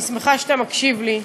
אני שמחה שאתה מקשיב לי,